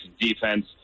defense